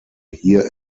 hier